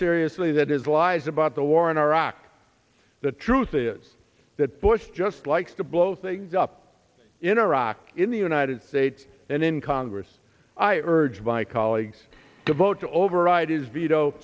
seriously that his lies about the war in iraq the truth is that bush just likes to blow things up in iraq in the united states and in congress i urge my colleagues to vote to override his veto